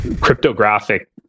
cryptographic